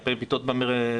יותר מיטות במרכז.